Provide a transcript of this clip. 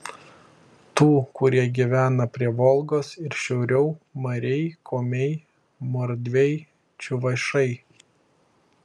tų kurie gyvena prie volgos ir šiauriau mariai komiai mordviai čiuvašai